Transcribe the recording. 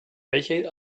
welche